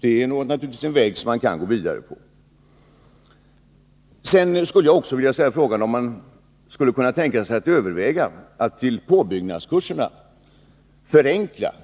Det är naturligtvis en väg som man kan gå vidare på. Sedan skulle jag också vilja fråga om man kan tänka sig att överväga att till påbyggnadskurserna förenkla